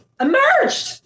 emerged